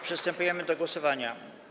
Przystępujemy do głosowania.